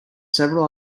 several